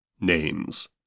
Names